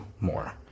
more